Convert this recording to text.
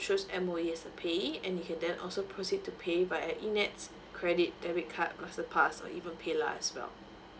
choose M_O_E as a pay and you can then also proceed to pay via in nets credit debit card master pass or even PayLah as well